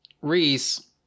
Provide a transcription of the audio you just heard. Reese